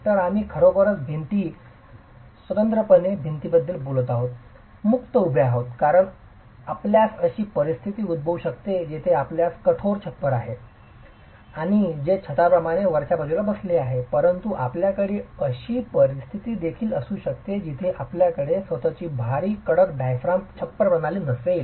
तर आम्ही खरोखरच भिंती स्वतंत्रपणे भिंतींबद्दल बोलत आहोत मुक्त उभे आहोत कारण आपल्यास अशी परिस्थिती उद्भवू शकते जेथे आपल्यास कठोर छप्पर आहे जे छताप्रमाणे वरच्या बाजूला बसले आहे परंतु आपल्याकडे अशी परिस्थिती देखील असू शकते जिथे आपल्याकडे स्वतःच भारी कडक डायाफ्राम छप्पर प्रणाली नसेल